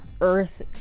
earth